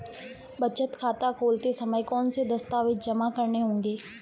बचत खाता खोलते समय कौनसे दस्तावेज़ जमा करने होंगे?